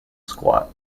squat